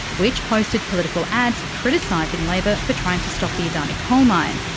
which posted political ads criticising labor for trying to stop the adani coal mine.